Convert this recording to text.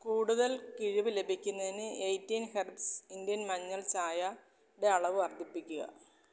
കൂടുതൽ കിഴിവ് ലഭിക്കുന്നതിന് എയ്റ്റീൻ ഹെർബ്സ് ഇന്ത്യൻ മഞ്ഞൾ ചായയുടെ അളവ് വർദ്ധിപ്പിക്കുക